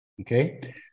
okay